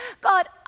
God